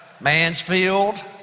Mansfield